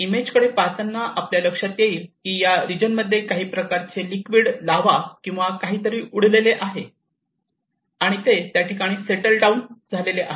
image कडे पाहताना आपल्या लक्षात येईल की या रिजन मध्ये काही प्रकारचे लिक्विड लावा किंवा काहीतरी उडलेले आहे आणि ते त्या ठिकाणी सेटल डाऊन झाले आहे